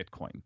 Bitcoin